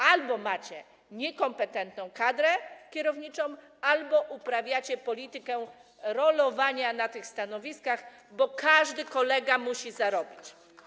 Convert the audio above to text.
Albo macie niekompetentną kadrę kierowniczą, albo uprawiacie politykę rolowania na tych stanowiskach, bo każdy kolega musi zarobić.